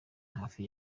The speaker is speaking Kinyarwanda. hafi